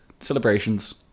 Celebrations